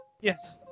Yes